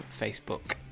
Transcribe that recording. facebook